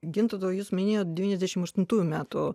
gintautai o jūs minėjot devyniasdešim aštuntųjų metų